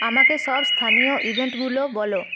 আমাকে সব স্থানীয় ইভেন্টগুলো বলো